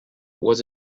was